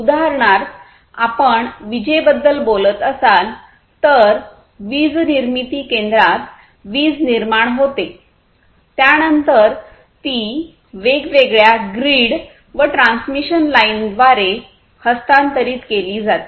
उदाहरणार्थ आपण विजेबद्दल बोलत असाल तर वीजनिर्मिती केंद्रात वीज निर्माण होते त्यानंतर ती वेगवेगळ्या ग्रीड व ट्रान्समिशन लाइनद्वारे हस्तांतरित केली जाते